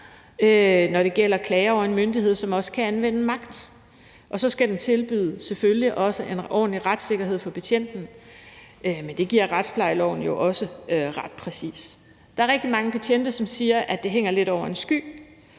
når det gælder klager over en myndighed, som kan anvende magt, og så skal den selvfølgelig også tilbyde en ordentlig retssikkerhed for betjenten, men det siger retsplejeloven jo også ret præcist. Der er rigtig mange betjente, som siger, at det lidt er som